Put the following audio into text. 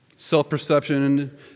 Self-perception